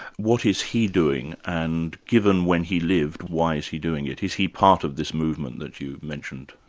what is he doing, and given when he lived, why is he doing it? is he part of this movement that you mentioned?